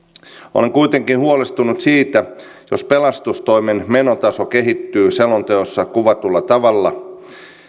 olen kuitenkin huolestunut siitä jos pelastustoimen menotaso kehittyy selonteossa kuvatulla tavalla